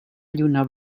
lluna